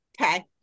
Okay